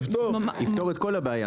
יפתור את כל הבעיה.